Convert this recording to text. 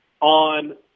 On